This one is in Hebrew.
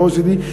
ב-OECD,